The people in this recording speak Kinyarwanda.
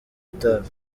itabi